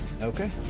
Okay